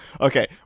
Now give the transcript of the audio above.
Okay